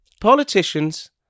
politicians